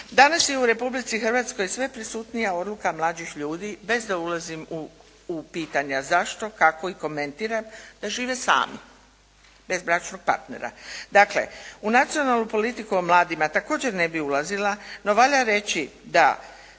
Danas je u Republici Hrvatskoj sve prisutnija odluka mlađih ljudi bez da ulazim u pitanja zašto, kako i komentiram da žive sami bez bračnog partnera. Dakle, u nacionalnu politiku o mladima također ne bih ulazila, no valja reći da